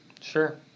Sure